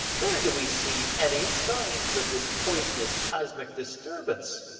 where do we see any signs of this poisonous cosmic disturbance?